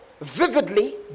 vividly